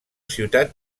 ciutat